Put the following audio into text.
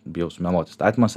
bijau sumeluot įstatymas